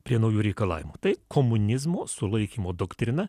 prie naujų reikalavimų tai komunizmo sulaikymo doktrina